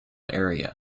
area